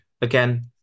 again